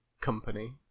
company